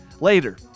Later